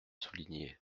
souligné